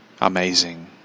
amazing